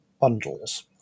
bundles